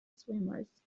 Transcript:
swimmers